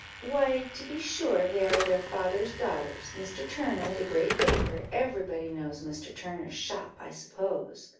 why, to be sure, they are their father's daughters, mr. turner, the great baker every body knows mr. turner's shop, i suppose.